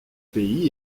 pays